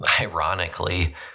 Ironically